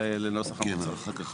לנוסח המוצע.